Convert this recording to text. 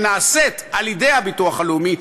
שנעשית על-ידי הביטוח הלאומי,